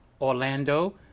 Orlando